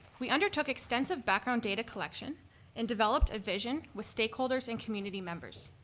we undertook extensive background data collection and developed a vision with stakeholders and community members.